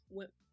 went